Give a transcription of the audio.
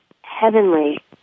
Heavenly